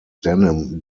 denim